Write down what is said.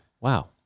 wow